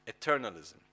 eternalism